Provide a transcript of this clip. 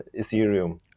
Ethereum